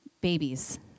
babies